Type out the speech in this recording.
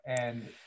And-